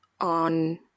on